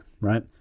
right